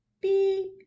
beep